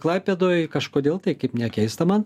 klaipėdoj kažkodėl tai kaip nekeista man